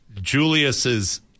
Julius's